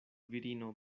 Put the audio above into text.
virino